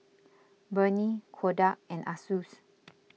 Burnie Kodak and Asus